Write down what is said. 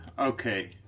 okay